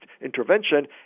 intervention